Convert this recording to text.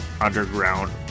underground